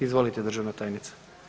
Izvolite državna tajnice.